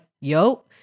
yo